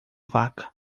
vaca